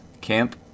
camp